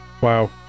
wow